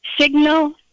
Signal